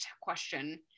question